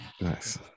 Nice